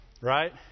Right